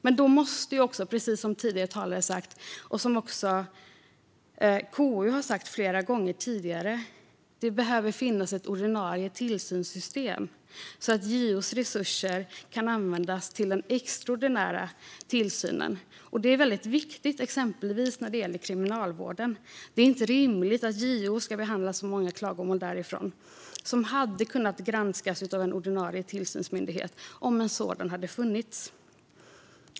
Men då måste det också, precis som tidigare talare har sagt, och som också KU har sagt flera gånger tidigare, finnas ordinarie tillsynssystem så att JO:s resurser kan användas till den extraordinära tillsynen. Detta är väldigt viktigt till exempel vad gäller kriminalvården. Det är inte rimligt att JO ska behandla så många klagomål därifrån som hade kunnat granskas av en ordinarie tillsynsmyndighet om en sådan hade funnits.